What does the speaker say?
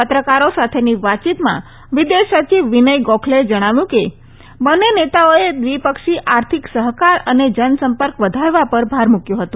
પત્રકારો સાથેની વાતચીતમાં વિદેશ સચિવ વિનય ગોખલેએ કહ્યું કે બંને નેતાઓએ દ્વિપક્ષી આર્થિક સહકાર તથા જનસંપર્ક વધારવા પર ભાર મૂક્યો હતો